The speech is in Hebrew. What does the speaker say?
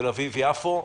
בתל אביב-יפו.